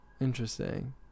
Interesting